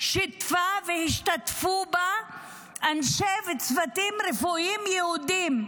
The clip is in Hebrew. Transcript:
שהשתתפו אנשים וצוותים רפואיים יהודיים,